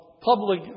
public